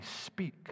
speak